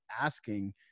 asking